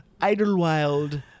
Idlewild